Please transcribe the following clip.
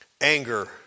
Anger